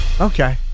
Okay